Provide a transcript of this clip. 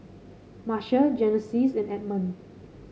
Marsha Genesis and Edmond